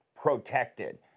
protected